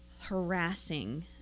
harassing